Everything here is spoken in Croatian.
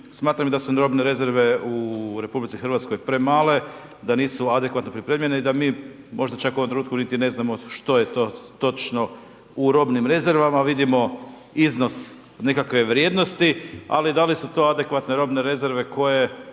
smatram da su robne rezerve u RH premale, da nisu adekvatno pripremljene i da mi možda čak u ovom trenutku niti ne znamo što je to točno u robnim rezervama. Vidimo iznos nekakve vrijednosti, ali da li su to adekvatne robne rezerve, koje